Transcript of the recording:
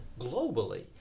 globally